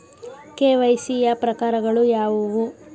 KYC ಯ ಪ್ರಕಾರಗಳು ಯಾವುವು?